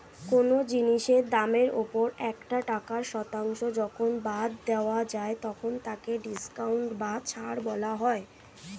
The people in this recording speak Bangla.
কোন জিনিসের দামের ওপর একটা টাকার শতাংশ যখন বাদ যায় তখন তাকে ডিসকাউন্ট বা ছাড় বলা হয়